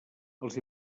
els